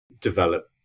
develop